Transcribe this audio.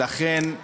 לכן,